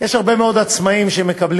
יש הרבה מאוד עצמאים שמקבלים